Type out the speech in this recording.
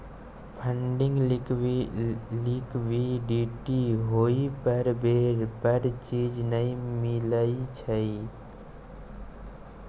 funding liquidity होइ पर बेर पर चीज नइ मिलइ छइ